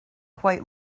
quite